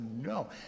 no